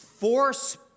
force